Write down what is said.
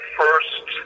first